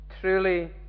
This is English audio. Truly